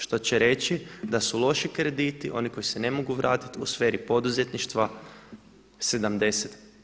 Što će reći da su loši krediti oni koji se ne mogu vratiti u sferi poduzetništva 70%